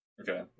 Okay